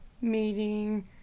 meeting